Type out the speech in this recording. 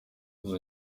izo